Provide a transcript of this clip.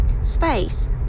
space